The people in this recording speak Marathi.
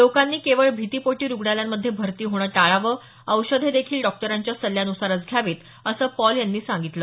लोकांनी केवळ भीतीपोटी रुग्णालयांमध्ये भरती होणं टाळावं औषधे देखील डॉक्टरांच्या सल्ल्यानुसारच घ्यावी असं पॉल यांनी सांगितलं